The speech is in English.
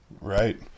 Right